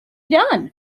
done